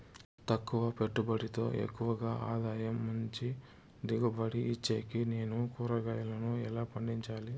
తక్కువ పెట్టుబడితో ఎక్కువగా ఆదాయం మంచి దిగుబడి ఇచ్చేకి నేను కూరగాయలను ఎలా పండించాలి?